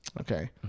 Okay